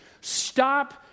Stop